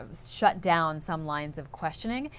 shut down some lines of questioning,